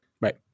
Right